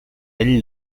ell